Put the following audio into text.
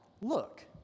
look